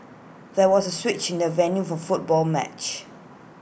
there was A switch in the venue for football match